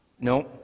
No